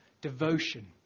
devotion